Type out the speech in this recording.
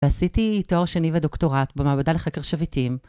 ועשיתי תואר שני בדוקטורט במעבדה לחקר שביטים.